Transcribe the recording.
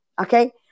Okay